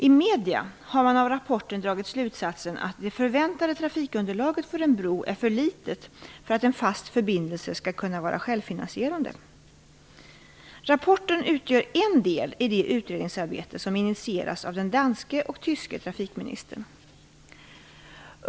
I medierna har man av rapporten dragit slutsatsen att det förväntade trafikunderlaget för en bro är för litet för att en fast förbindelse skall kunna vara självfinansierande. Rapporten utgör en del i det utredningsarbete som initierats av den danske och den tyske trafikministern.